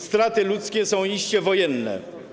Straty ludzkie są iście wojenne.